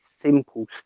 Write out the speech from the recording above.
simple